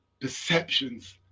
perceptions